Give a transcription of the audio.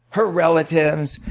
her relatives.